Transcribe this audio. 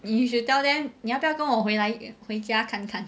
you you should tell then 你要不要跟我回来回家看看